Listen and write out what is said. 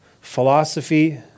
philosophy